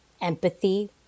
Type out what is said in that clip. empathy